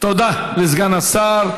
תודה לסגן השר.